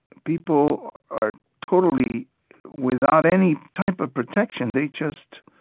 people are totally without any type of protection. they just